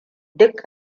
duk